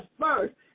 first